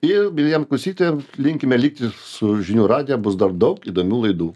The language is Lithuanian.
ir mieliem klausytojam linkime likti su žinių radijuje bus dar daug įdomių laidų